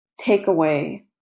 takeaway